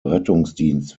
rettungsdienst